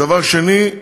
דבר שני,